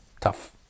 tough